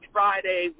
Friday